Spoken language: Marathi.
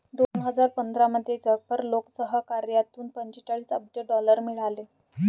दोन हजार पंधरामध्ये जगभर लोकसहकार्यातून पंचेचाळीस अब्ज डॉलर मिळाले